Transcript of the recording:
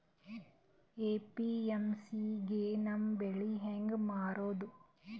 APMC ಗೆ ನಮ್ಮ ಬೆಳಿ ಹೆಂಗ ಮಾರೊದ?